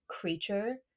creature